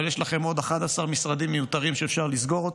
אבל יש לכם עוד 11 משרדים מיותרים שאפשר לסגור,